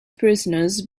prisoners